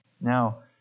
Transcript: Now